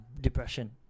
Depression